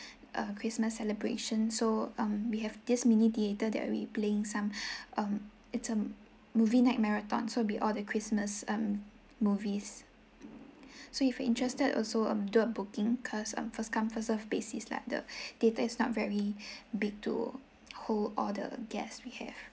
a christmas celebration so um we have this mini theatre that we will playing some um it's um movie night marathon so it will be all the christmas um movies so if you are interested also do a booking because um first come first served basis like the theatre is not very big to hold all the guests we have